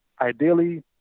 ideally